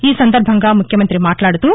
ఈసందర్బంగా ముఖ్యమంతి మాట్లాడుతూ